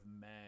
men